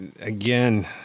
Again